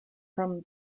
from